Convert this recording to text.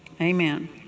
Amen